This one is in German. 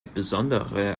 besondere